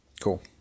Cool